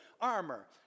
armor